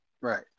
Right